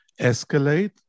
escalate